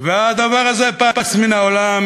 והדבר הזה פס מן העולם,